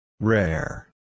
Rare